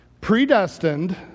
predestined